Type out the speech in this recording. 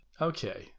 Okay